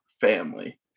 family